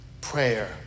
Prayer